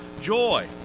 joy